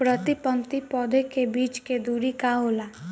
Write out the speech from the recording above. प्रति पंक्ति पौधे के बीच के दुरी का होला?